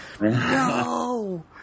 No